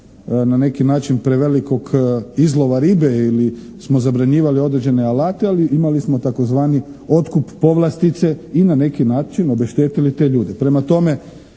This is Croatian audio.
na neki način prevelikog izlova ribe ili smo zabranjivali određene alate, ali imali smo tzv. otkup povlastice i na neki način obeštetili te ljude.